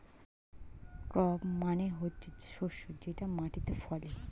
crop মানে হচ্ছে শস্য যেটা মাটিতে ফলে